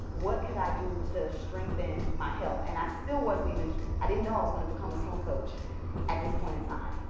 what could i do to strengthen my health? and i still wasn't even i didn't know i was going to become a swim coach at this point in time.